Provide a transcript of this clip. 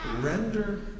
render